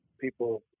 people